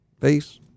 Face